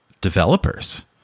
developers